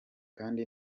kandi